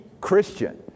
Christian